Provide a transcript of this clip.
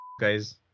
guys